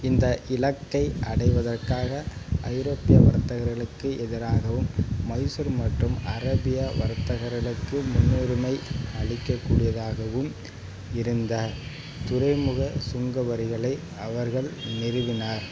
இந்த இலக்கை அடைவதற்காக ஐரோப்பிய வர்த்தகர்களுக்கு எதிராகவும் மைசூர் மற்றும் அரேபிய வர்த்தகர்களுக்கு முன்னுரிமை அளிக்கக்கூடியதாகவும் இருந்த துறைமுக சுங்கவரிகளை அவர்கள் நிறுவினார்